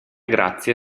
grazie